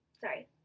sorry